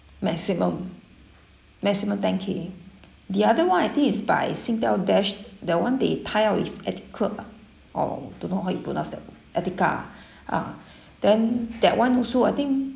maximum maximum ten K the other one I think it's by Singtel Dash that one they tie-up with etiq~ ah or don't know how you pronounce that Etiqa ah then that one also I think